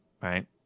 Right